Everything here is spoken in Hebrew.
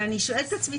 אני שואלת את עצמי,